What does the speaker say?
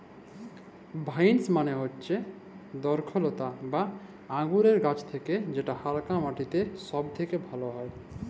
ভাইলস মালে হচ্যে দরখলতা বা আঙুরেল্লে গাহাচ যেট হালকা মাটিতে ছব থ্যাকে ভালো ফলে